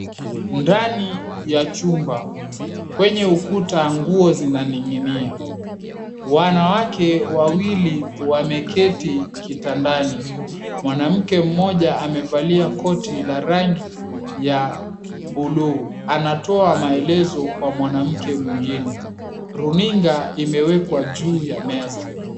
Ndani ya chumba kwenye ukuta nguo zinaninginia wanawake wawaili wameketi kitandani mwanamke mmoja amevalia shati ya rangi ya buluu anatoa maeelezo kwa mtu mwengine. Runinga imewekwa juu ya meza.